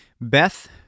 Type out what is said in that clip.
Beth